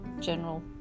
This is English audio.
general